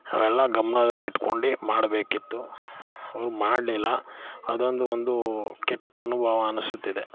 ಅವೆಲ್ಲ ಗಮನದಲ್ಲಿಟ್ಕೊಂಡು ಮಾಡಬೇಕಿತ್ತು ಅವ್ರು ಮಾಡಲಿಲ್ಲ ಅದೊಂದು ಒಂದು ಕೆಟ್ಟ ಅನುಭವ ಅನ್ನಿಸುತ್ತಿದೆ